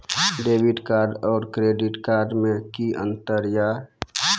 Debit card और credit card मे कि अंतर या?